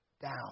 down